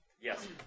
yes